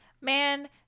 man